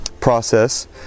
process